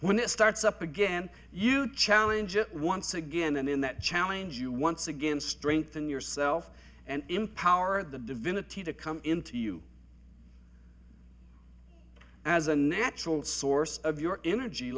when it starts up again you challenge it once again and in that challenge you once again strengthen yourself and empower the divinity to come into you as a natural source of your energy